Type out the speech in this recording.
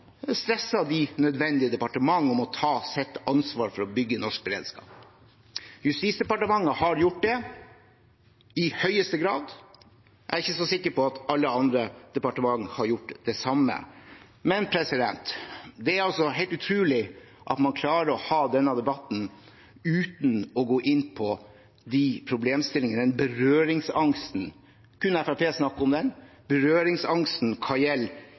understreket de nødvendige departementenes ansvar for å bygge norsk beredskap. Justisdepartementet har gjort det, i høyeste grad. Jeg er ikke så sikker på at alle andre departement har gjort det samme. Det er helt utrolig at man klarer å ha denne debatten uten å gå inn på de problemstillingene, og den berøringsangsten, som gjelder smitte i innvandrermiljøer. Kun Fremskrittspartiet snakker om